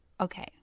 okay